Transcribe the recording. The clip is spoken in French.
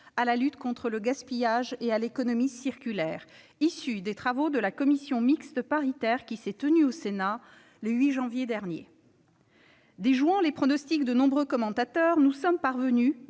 à la lutte contre le gaspillage et à l'économie circulaire issue des travaux de la commission mixte paritaire qui s'est tenue au Sénat le 8 janvier dernier. Déjouant les pronostics de nombreux commentateurs, nous sommes parvenus,